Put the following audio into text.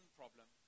problem